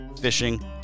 fishing